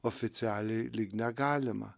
oficialiai lyg negalima